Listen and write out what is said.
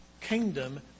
Kingdom